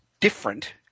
different